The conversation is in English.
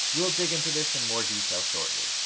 we'll dig into this in more detail shortly.